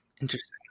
Interesting